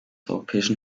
europäischen